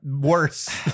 worse